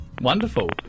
wonderful